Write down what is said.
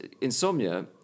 insomnia